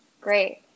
Great